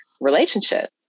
relationship